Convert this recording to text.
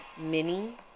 Mini